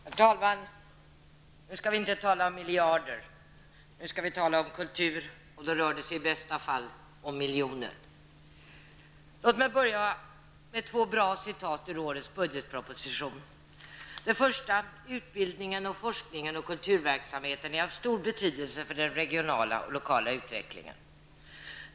Herr talman! Nu skall vi inte tala om miljarder utan om kultur, och då rör det sig i bästa fall om miljoner. Låt mig börja med två bra citat ur årets budgetproposition. Det första lyder: ''Utbildningen, forskningen och kulturverksamheten är av stor betydelse för den regionala och lokala utvecklingen.''